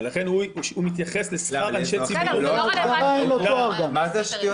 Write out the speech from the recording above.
ולכן הוא מתייחס לשכר אנשי ציבור --- מה זה השטויות האלה?